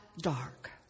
dark